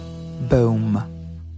Boom